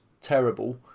terrible